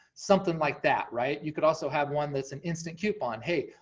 something like that, right? you could also have one that's an instant coupon, hey,